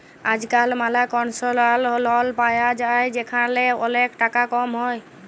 আজকাল ম্যালা কনসেশলাল লল পায়া যায় যেখালে ওলেক টাকা কম হ্যয়